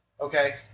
Okay